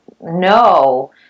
no